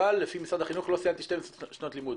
אבל לפי משרד החינוך לא סיימתי 12 שנות לימוד.